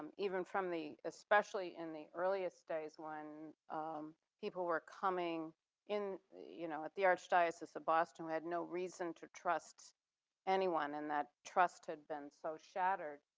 even from the especially in the earliest days when people were coming in you know at the archdiocese of boston, we had no reason to trust anyone and that trust had been so shattered.